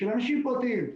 של אנשים פרטיים.